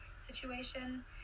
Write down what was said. Situation